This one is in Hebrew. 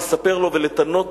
לספר לו ולתנות